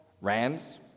rams